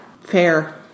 Fair